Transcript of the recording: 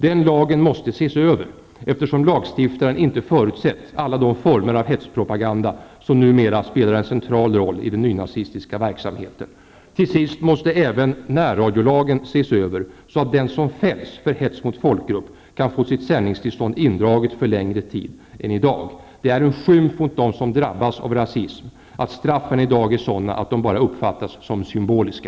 Den lagen måste ses över, eftersom lagstiftaren inte förutsett alla de former av hetspropaganda som numera spelar en central roll i den nynazistiska verksamheten. På samma sätt måste närradiolagen ses över, så att den som fälls för hets mot folkgrupp kan få sitt sändningstillstånd indraget för längre tid än i dag. Det är en skymf mot dem som drabbats av rasism att straffen i dag är sådana att de bara uppfattas som symboliska.